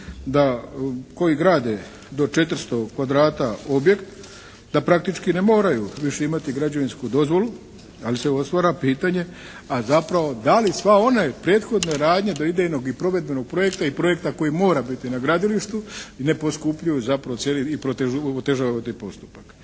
da koji grade do 400 kvadrata objekt da praktički ne moraju više imati građevinsku dozvolu, ali se stvara pitanje, a zapravo da li sva one prethodne radnje do idejnog i provedbenog projekta i projekta koji mora biti na gradilištu ne poskupljuju zapravo cijeli i otežava taj postupak.